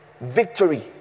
Victory